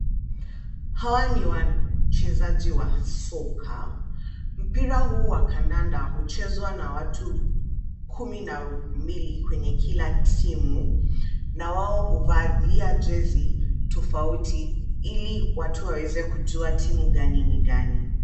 Hawa ni wachezaji wa soka. Mpira huu wa kandanda huchezwa na watu kumi na mbili kwenye kila timu na wao huvalia jezi tofauti, ili watu waweze kujua timu gani ni gani.